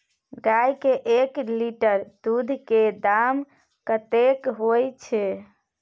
गाय के एक लीटर दूध के दाम कतेक होय छै?